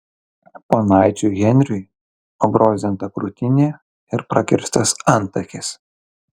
ponaičiui henriui nubrozdinta krūtinė ir prakirstas antakis